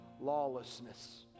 lawlessness